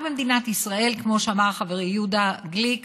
רק במדינת ישראל, כמו שאמר חברי יהודה גליק,